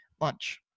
lunch